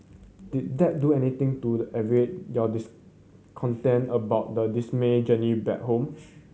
did that do anything to alleviate your discontent about the dismal journey back home